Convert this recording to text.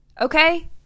Okay